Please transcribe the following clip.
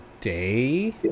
day